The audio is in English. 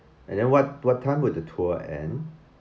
and then what what time would the tour end